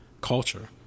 culture